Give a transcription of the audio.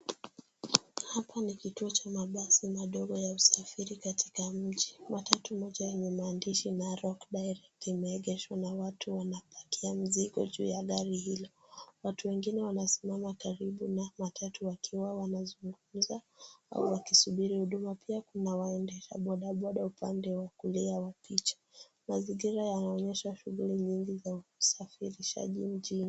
Huku ni kituo cha mabasi madogo ya usafiri katika mji. Matatu moja yenye maandishi Narok Direct imeegeshwa na watu wanapakia mzigo juu ya gari hilo. Watu wengine wanasimama karibu na matatu wakiwa wanazungumza au wakisubiri huduma. Pia kuna waendesha bodaboda upande wa kulia wa picha. Mazingira yanaonyesha shughuli nyingi za usafirishaji mjini.